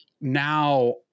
now